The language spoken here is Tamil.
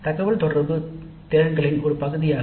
தகவல்தொடர்பு திறன்களின் ஒரு பகுதியாக